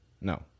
No